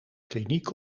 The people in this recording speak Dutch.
kliniek